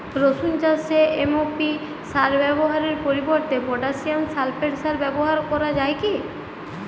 রসুন চাষে এম.ও.পি সার ব্যবহারের পরিবর্তে পটাসিয়াম সালফেট সার ব্যাবহার করা যায় কি?